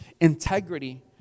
integrity